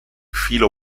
filo